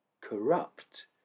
corrupt